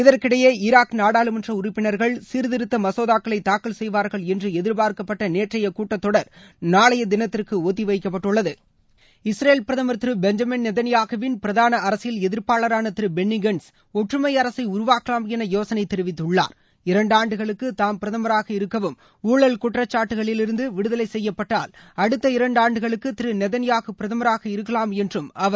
இதற்கிடையே ஈராக் நாடாளுமன்ற உறுப்பினர்கள் சீர்திருத்த மசோதாக்களை தாக்கல் செய்வார்கள் என்று எதிர்பார்க்கப்பட்ட நேற்றைய கூட்டத்தொடர் நாளைய தினத்திற்கு ஒத்தி வைக்கப்பட்டுள்ளது இஸ்ரேல் பிரதமர் திரு பெஞ்சமின் நேதன்யாகுவின் பிரதான அரசியல் எதிர்ப்பாளரான திரு பென்னி கான்ட்ஸ் ஒற்றுமை அரசை உருவாக்கலாம் என யோசனை தெரிவித்துள்ளார் இரண்டு ஆண்டுகளுக்கு தாம் பிரதமராக இருக்கவும் ஊழல் குற்றச்சாட்டுகளிலிருந்து விடுதலை செய்யப்பட்டால் அடுத்த இரண்டு ஆண்டுகளுக்கு திரு நேதன்யாகு பிரதமராக இருக்கலாம் என்றும் அவர் கூறியுள்ளார்